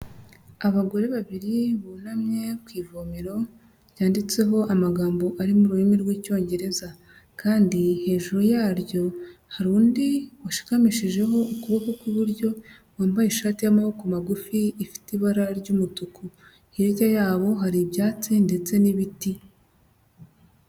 Abagore babiri bunamye ku ivomero ryanditseho amagambo ari mu rurimi rw'Icyongereza. Kandi hejuru yaryo hari undi washikamishijeho ukuboko kw'iburyo, wambaye ishati y'amaboko magufi ifite ibara ry'umutuku. Hirya yabo hari ibyatsi ndetse n'ibiti.